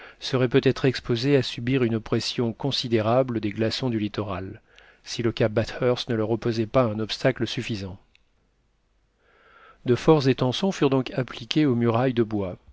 serait peut-être exposée à subir une pression considérable des glaçons du littoral si le cap bathurst ne leur opposait pas un obstacle suffisant de forts étançons furent donc appliqués aux murailles de bois